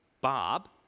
Bob